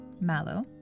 mallow